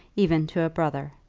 even to a brother.